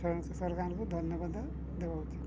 ସରକାରଙ୍କୁ ଧନ୍ୟବାଦ ଦେବା ଉଚିତ୍